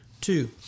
Two